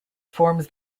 forms